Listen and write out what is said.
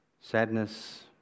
sadness